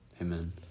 amen